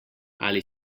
ali